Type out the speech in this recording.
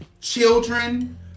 children